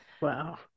Wow